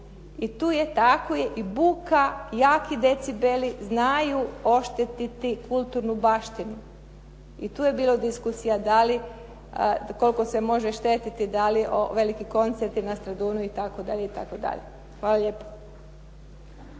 i tu je tako je i buka, jaki decibeli znaju oštetiti kulturnu baštinu. I tu je bilo diskusija koliko se može štetiti, da li veliki koncerti na Stradunu i tako dalje